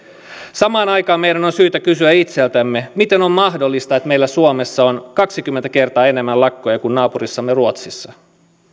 samaan aikaan meidän on syytä kysyä itseltämme miten on mahdollista että meillä suomessa on kaksikymmentä kertaa enemmän lakkoja kuin naapurissamme ruotsissa